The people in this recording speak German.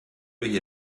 hier